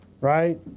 right